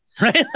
right